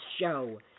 show